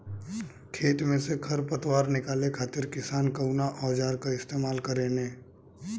खेत में से खर पतवार निकाले खातिर किसान कउना औजार क इस्तेमाल करे न?